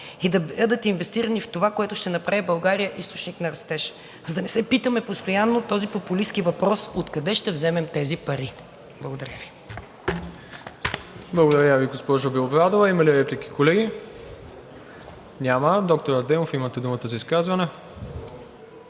и да бъдат инвестирани в това, което ще направи България източник на растеж, за да не се питаме постоянно с този популистки въпрос: „Откъде ще вземем тези пари?“ Благодаря Ви. ПРЕДСЕДАТЕЛ МИРОСЛАВ ИВАНОВ: Благодаря Ви, госпожо Белобрадова. Има ли реплики, колеги? Няма. Доктор Адемов, имате думата за изказване.